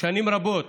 שנים רבות